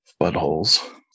Buttholes